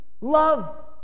love